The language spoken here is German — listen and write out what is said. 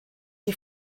die